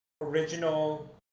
original